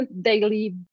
daily